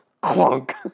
clunk